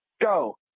go